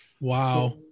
Wow